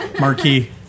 marquee